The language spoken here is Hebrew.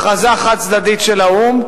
הכרזה חד-צדדית של האו"ם,